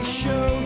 show